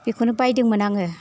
बेखौनो बायदोंमोन आङो